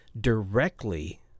directly